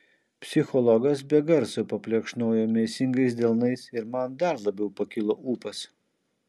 psichologas be garso paplekšnojo mėsingais delnais ir man dar labiau pakilo ūpas